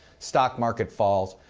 stock market falls.